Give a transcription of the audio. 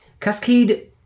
Cascade